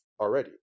already